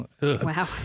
Wow